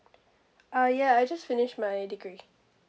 uh ya I just finish my degree